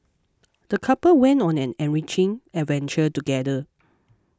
the couple went on an enriching adventure together